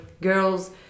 girls